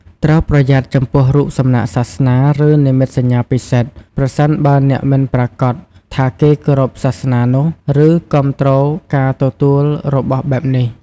ត្រូវប្រយ័ត្នចំពោះរូបសំណាកសាសនា ឬនិមិត្តសញ្ញាពិសិដ្ឋ ប្រសិនបើអ្នកមិនប្រាកដថាគេគោរពសាសនានោះ ឬគាំទ្រការទទួលរបស់បែបនេះ។